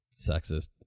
sexist